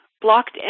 blocked